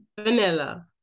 Vanilla